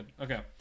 okay